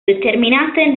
determinate